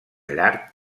llarg